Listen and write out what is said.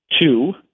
Two